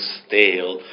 stale